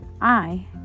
I